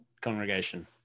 congregation